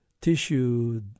Tissue